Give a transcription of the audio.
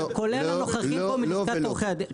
כן, כולל הנוכחים פה מלשכת עורכי דין.